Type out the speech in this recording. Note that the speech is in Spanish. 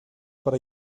para